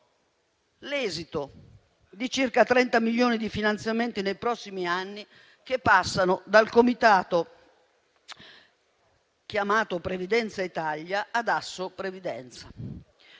l'esito di circa 30 milioni di finanziamenti nei prossimi anni, che passano dal comitato denominato "Previdenza Italia", ad Assoprevidenza.